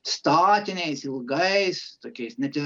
statiniais ilgais tokiais net ir